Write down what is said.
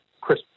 Chris